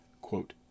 quote